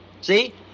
see